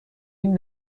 این